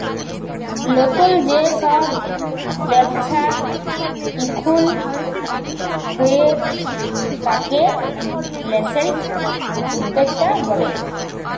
লতুল যে সব ব্যবচ্ছা এখুন হয়ে তাকে ন্যাসেন্ট উদ্যক্তা ব্যলে